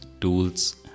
tools